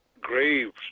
graves